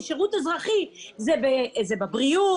כי שירות אזרחי זה בבריאות,